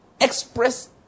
express